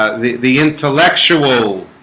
ah the the intellectual